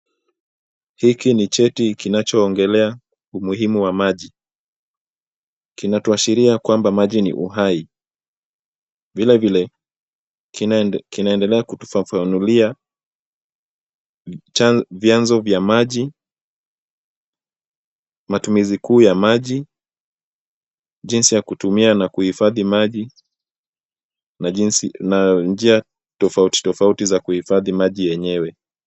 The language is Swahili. Hiki ni cheti kinachoongelea umuhimu wa maji. Kinatuashiria kuwa maji ni uhai, vilevile kinaendelea kutufafanulia vyanzo vya maji, matumizi kuu ya maji, jinsi ya kutumia na kuhifadhi maji na njia tofauti tofauti za kuhifadhi maji yenyewe.